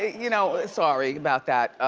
you know ah sorry about that,